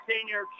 senior